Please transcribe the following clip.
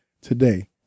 today